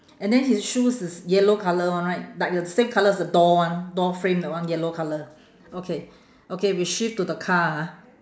and then his shoes is yellow colour one right like the same colour as the door one door frame that one yellow colour okay okay we shift to the car ah